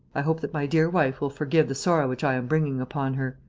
i hope that my dear wife will forgive the sorrow which i am bringing upon her.